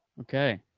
okay.